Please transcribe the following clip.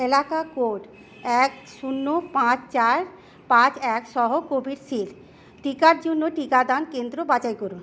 এলাকা কোড এক শূন্য পাঁচ চার পাঁচ এক সহ কোভিশিল্ড টিকার জন্য টিকাদান কেন্দ্র বাছাই করুন